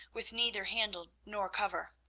with neither handle nor cover.